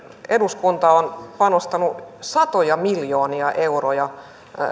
eduskunta on panostanut satoja miljoonia euroja